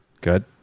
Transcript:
Good